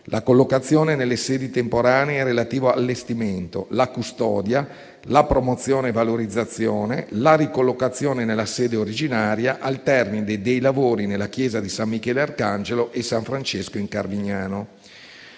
la collocazione nelle sedi temporanee e relativo allestimento; la custodia, la promozione e valorizzazione, la ricollocazione nella sede originaria al termine dei lavori nella chiesa di San Michele Arcangelo e San Francesco in Carmignano.